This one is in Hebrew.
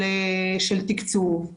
אני